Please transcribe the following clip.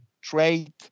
trade